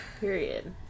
period